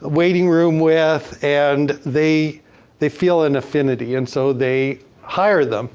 waiting room with. and they they feel an affinity, and so they hire them.